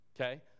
okay